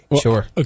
Sure